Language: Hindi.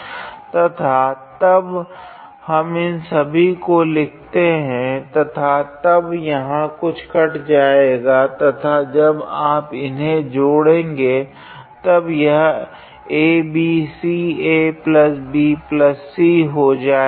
तथा जब हम इन सभी को लिखते है तथा तब यहाँ कुछ कट जाएगा तथा जब आप इन्हें जोड़ेगे तब यह abcabc हो जाएगा